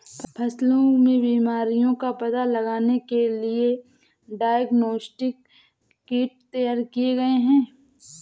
फसलों में बीमारियों का पता लगाने के लिए डायग्नोस्टिक किट तैयार किए गए हैं